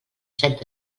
set